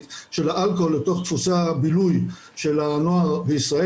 של האלכוהול לתוך דפוסי הבילוי של הנוער בישראל.